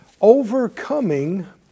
overcoming